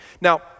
Now